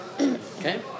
Okay